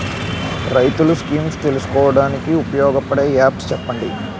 రైతులు స్కీమ్స్ తెలుసుకోవడానికి ఉపయోగపడే యాప్స్ చెప్పండి?